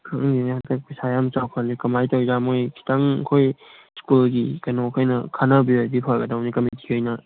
ꯈꯪꯗꯦꯅꯦ ꯍꯟꯗꯛ ꯄꯩꯁꯥ ꯌꯥꯝ ꯆꯥꯎꯈꯠꯂꯦ ꯀꯃꯥꯏꯅ ꯇꯧꯔꯤꯖꯥꯠꯅꯣ ꯃꯣꯏ ꯈꯤꯇꯪ ꯑꯩꯈꯣꯏ ꯁ꯭ꯀꯨꯜꯒꯤ ꯀꯩꯅꯣꯈꯩꯅ ꯈꯟꯅꯕꯤꯔꯗꯤ ꯐꯒꯗꯧꯅꯦ ꯀꯝꯃꯤꯇꯤꯉꯩꯅ